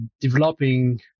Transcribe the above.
developing